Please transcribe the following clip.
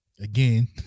again